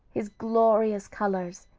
his glorious colors,